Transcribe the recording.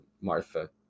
martha